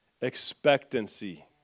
expectancy